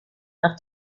nach